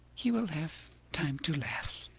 he will have time to laugh.